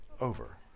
over